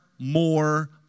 more